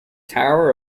town